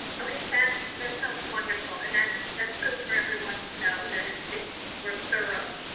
okay. that's that sounds wonderful. and that's that's good for everyone to know that it's been worth thorough.